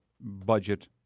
budget